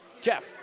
jeff